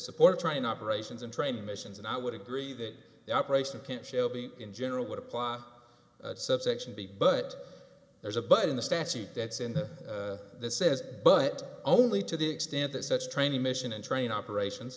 support trying operations and training missions and i would agree that the operation can't shelby in general would apply subsection b but there's a but in the statute that's in the says but only to the extent that such training mission and train operations